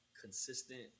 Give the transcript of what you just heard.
consistent